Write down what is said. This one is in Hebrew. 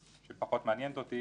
שפחות מעניינת אותי